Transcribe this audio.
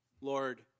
Lord